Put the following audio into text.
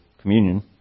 communion